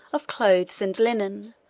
of clothes and linen,